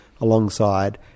alongside